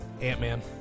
Ant-Man